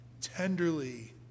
tenderly